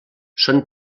són